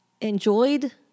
enjoyed